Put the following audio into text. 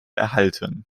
erhalten